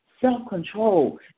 self-control